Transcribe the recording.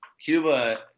Cuba